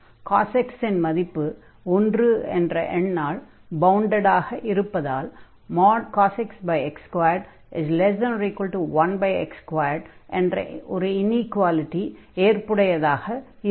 cos x இன் மதிப்பு ஒன்று என்ற எண்ணால் பவுண்டட் ஆக இருப்பதால் cos x x21x2 என்ற ஒரு இனீக்வாலிடி ஏற்புடையதாக இருக்கும்